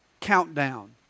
countdown